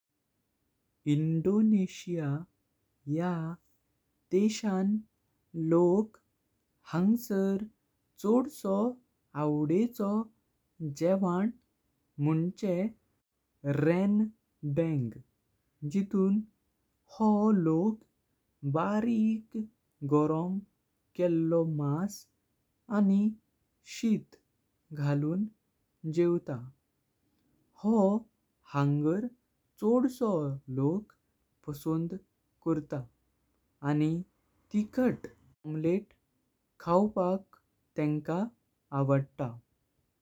Indonesian या देशान लोक हंगसर छोडसो आवडेचो जेवण मुइंजे रेंडांग। जितून हो लोक बारिक गोरम केल्लो मास आणी शित घालून जेवता। जो हंगर छोडशो लोक पसंद करत. आणी ठीकाट ओमलेट खावपाक तेंका आवडता।